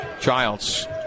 Childs